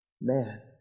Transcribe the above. man